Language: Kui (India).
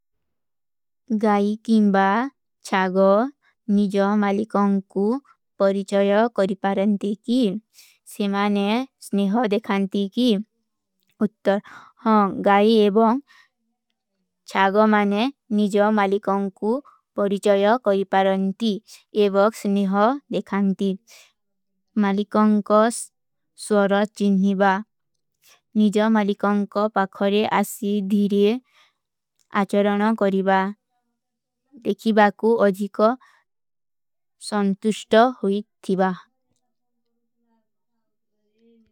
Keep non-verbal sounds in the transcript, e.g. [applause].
ଗାଈ କିଂବା ଚାଗୋ ନିଜୋ ମଲିକୋଂ କୂ ପରିଚଯ କରିପାରଂତୀ କୀ। ସେ ମାନେ ସ୍ନିହୋ ଦେଖାଂତୀ କୀ। ଉତ୍ତର, ହାଁ, ଗାଈ ଏବୋଂ [hesitation] ଚାଗୋ ମାନେ ନିଜୋ ମଲିକୋଂ କୂ ପରିଚଯ କରିପାରଂତୀ ଏବୋଂ ସ୍ନିହୋ ଦେଖାଂତୀ। ମଲିକୋଂ କୋ ସ୍ଵାଗତ [hesitation] ଚିନ୍ହୀବା। ନିଜୋ ମଲିକୋଂ କୂ ପରିଚଯ କରିପାରଂତୀ କୀ। ଦେଖୀ ବାକୂ ଆଜୀ କୂ ସଂତୁଷ୍ଟା ହୁଈ ଥୀବା।